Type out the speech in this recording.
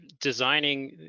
designing